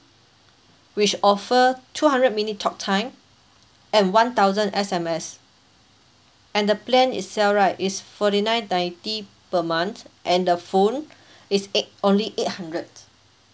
which offer two hundred minute talk time and one thousand S_M_S and the plan itself right is forty nine ninety per month and the phone is eight only eight hundred